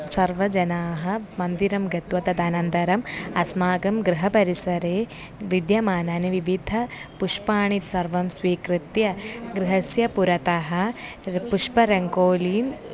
सर्वजनाः मन्दिरं गत्वा तदनन्तरम् अस्माकं गृहपरिसरे विद्यमानानि विविधपुष्पाणि सर्वं स्वीकृत्य गृहस्य पुरतः पुष्परङ्गोलीः